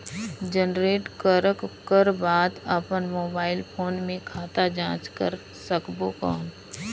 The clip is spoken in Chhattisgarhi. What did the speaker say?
जनरेट करक कर बाद अपन मोबाइल फोन मे खाता जांच कर सकबो कौन?